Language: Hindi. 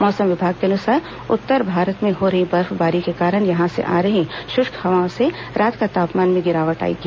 मौसम विभाग के अनुसार उत्तर भारत में हो रही बर्फबारी के कारण वहां से आ रही शुष्क हवाओं से रात के तापमान में गिरावट आएगी